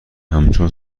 همچون